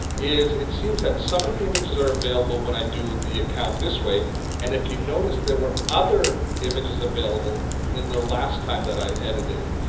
it seems that some of the images are available when i do the account this way and if you noticed, there were other images available in the last time that i edited it.